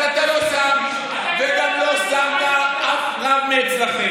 גם לא שמת אף רב מאצלכם.